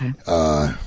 Okay